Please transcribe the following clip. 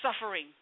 suffering